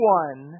one